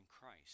Christ